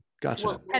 gotcha